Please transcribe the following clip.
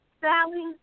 Sally